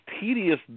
tedious